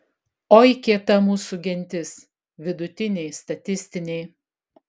oi kieta mūsų gentis vidutiniai statistiniai